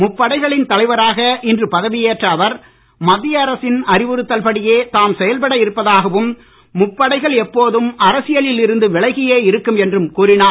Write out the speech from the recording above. முப்படைகளின் தலைவராக இன்று பதவியேற்ற அவர் மத்திய அரசின் அறிவுறுத்தல் படியே தாம் செயல்பட இருப்பதாகவும் முப்படைகள் எப்போதும் அரசியலில் இருந்து விலகியே இருக்கும் என்றும் கூறினார்